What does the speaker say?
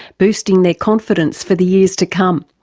boosting their confidence for the years to come.